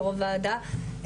יו"ר הועדה,